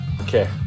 okay